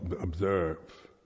observe